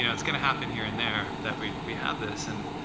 you know it's going to happen here and there that we we have this. and